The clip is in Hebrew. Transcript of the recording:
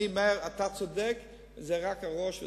אתה צודק, זה רק הראש והשכל.